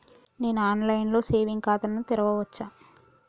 నేను online లో saving ఖాతా ను తెరవచ్చా?